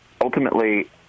ultimately